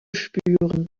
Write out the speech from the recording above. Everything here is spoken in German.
spüren